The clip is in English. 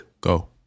Go